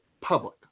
public